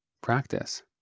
practice